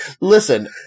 listen